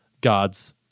God's